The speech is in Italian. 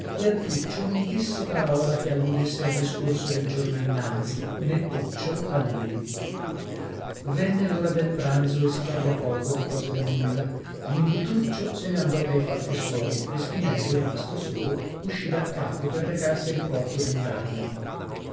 e a tuccio non disse parola che alludesse al discorso del giorno innanzi nè tuccio a lui venne l'ora del pranzo e si parlò poco di cose da nulla indi tuccio se ne andò pei fatti suoi e spinello rimasto solo uscì da capo per recarsi a diporto lung'arno